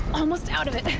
almost out of it!